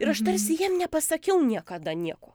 ir aš tarsi jiem nepasakiau niekada nieko